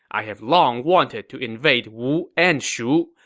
i have long wanted to invade wu and shu.